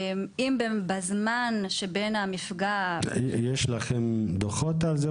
אם בזמן שבין המפגע --- יש לכם דוחות על זה,